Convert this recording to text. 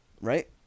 right